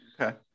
Okay